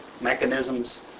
mechanisms